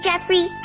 Jeffrey